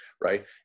Right